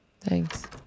Thanks